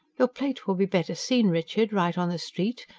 your plate will be better seen, richard, right on the street,